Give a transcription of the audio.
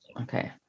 Okay